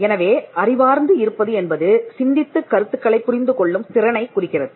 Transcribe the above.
எனவே அறிவார்ந்து இருப்பது என்பது சிந்தித்துக் கருத்துக்களைப் புரிந்து கொள்ளும் திறனைக் குறிக்கிறது